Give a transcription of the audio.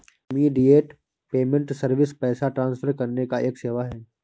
immediate payment service पैसा transfer करने का एक सेवा है